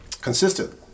consistent